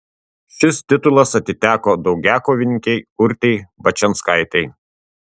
šis titulas atiteko daugiakovininkei urtei bačianskaitei